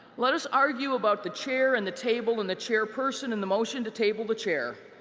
let us argue about the chair and the table and the chair person and the motion to table the chair